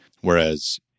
whereas